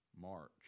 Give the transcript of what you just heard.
march